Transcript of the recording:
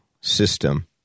system